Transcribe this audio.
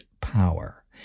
power